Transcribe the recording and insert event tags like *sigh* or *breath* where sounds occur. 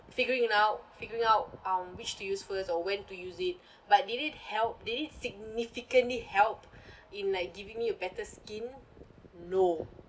figuring out figuring out um which to use first or when to use it *breath* but did it help did it significantly help *breath* in like giving me a better skin no